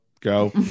Go